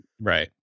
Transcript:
right